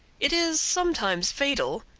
it is sometimes fatal,